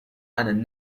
and